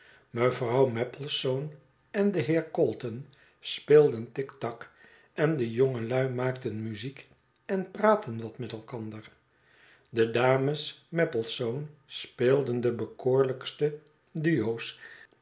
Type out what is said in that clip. mevrouw maplesone en de heer calton speelden tiktak en de jongelui maakten muziek en praatten wat met elkander de dames maplesone speelden de bekoorlijkste duo's